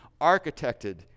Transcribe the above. architected